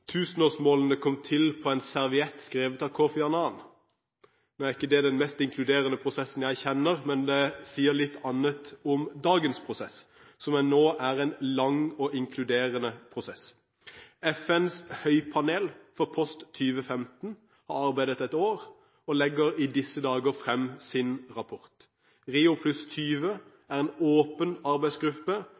tusenårsmålene kom til på en serviett skrevet av Kofi Annan. Det er ikke den mest inkluderende prosessen jeg kjenner, men det sier litt annet om dagens prosess, som nå er en lang og inkluderende prosess. FNs høypanel for post 2015 har arbeidet et år og legger i disse dager frem sin rapport. Rio+20 er en åpen arbeidsgruppe,